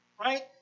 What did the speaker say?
Right